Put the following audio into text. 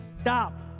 stop